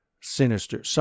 sinister